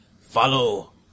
Follow